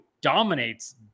dominates